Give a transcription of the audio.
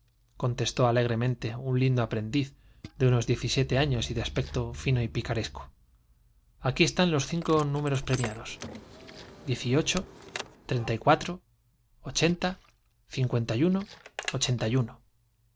contestó alegremente un lindo aprendiz de unos diecisiete años y de aspecto fino y picaresco aquí están los cinco números premiados t